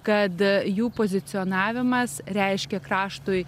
kad jų pozicionavimas reiškė kraštui